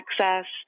access